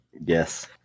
yes